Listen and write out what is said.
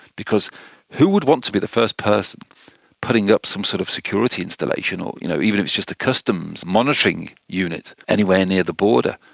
because who would want to be the first person putting up some sort of security installation, or you know even if it's just a customs monitoring unit anywhere near the border?